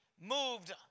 moved